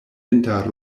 inter